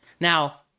now